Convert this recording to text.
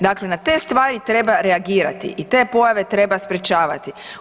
Dakle, na te stvari treba reagirati i te pojave treba sprječavati.